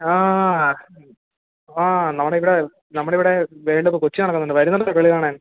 ആ ആ ആ നമ്മുടെ ഇവിടെ നമ്മുടെ ഇവിടെ വേൾഡ് കപ്പ് കൊച്ചി നടക്കുന്നുണ്ട് വരുന്നൊണ്ടോടെ കളി കാണാൻ